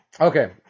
Okay